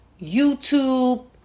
YouTube